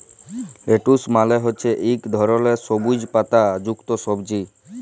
lettuce মালে হছে ইক ধরলের সবুইজ পাতা যুক্ত সবজি